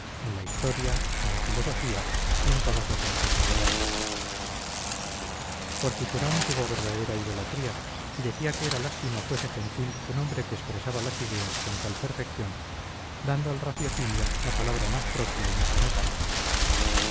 en la historia en la filosofía y en todas las artes liberales por cicerón tuvo verdadera idolatría y decía que era lástima fuese gentil un hombre que expresaba las ideas con tal perfección dando al raciocinio la palabra más propia y más enérgica